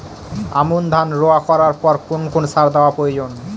আমন ধান রোয়া করার পর কোন কোন সার দেওয়া প্রয়োজন?